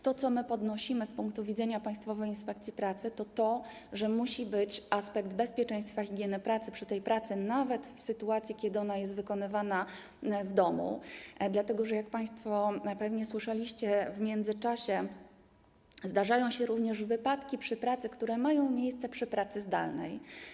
To, co podnosimy z punktu widzenia Państwowej Inspekcji Pracy, to to, że musi być uwzględniony aspekt bezpieczeństwa i higieny pracy przy pracy nawet w sytuacji, kiedy ona jest wykonywana w domu, dlatego że, jak państwo pewnie słyszeliście w międzyczasie, zdarzają się również wypadki przy pracy podczas pracy zdalnej.